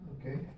okay